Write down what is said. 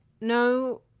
No